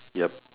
yup